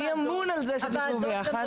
מי אמון על זה שתשבו ביחד?